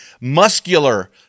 Muscular